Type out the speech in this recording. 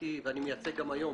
וייצגתי ואני מייצג גם היום